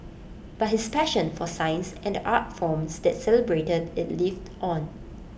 but his passion for science and the art forms that celebrated IT lived on